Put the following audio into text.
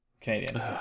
Canadian